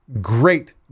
great